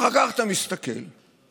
אחר כך אתה מסתכל ואומר: